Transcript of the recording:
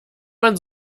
man